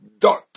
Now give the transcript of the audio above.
dot